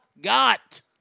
got